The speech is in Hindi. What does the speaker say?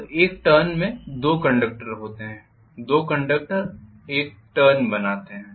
तो एक टर्न में दो कंडक्टर होते हैं दो कंडक्टर एक टर्न बनाते हैं